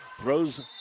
Throws